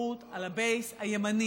בתחרות על ה-base הימני.